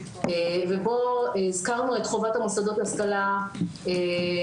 ובו הזכרנו את חובת המוסדות להשכלה לחוק